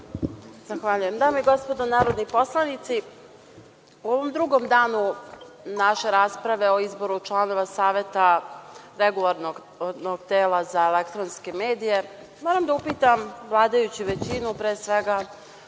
Zahvaljujem. Dame i gospodo narodni poslanici, u ovom drugom danu naše rasprave o izboru članova Saveta regulatornog tela za elektronske medije, moram da upitam vladajuću većinu, pre svega,